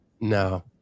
No